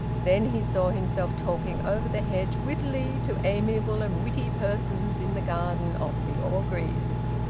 then he saw himself talking over the hedge, wittily, to amiable and witty persons in the garden of the orgreaves.